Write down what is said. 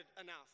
enough